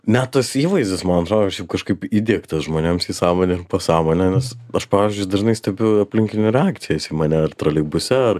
net tas įvaizdis man atrodo kažkaip įdiegtas žmonėms į sąmonę ir pasąmonę nes aš pavyzdžiui dažnai stebiu aplinkinių reakcijas į mane ar troleibuse ar